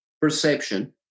perception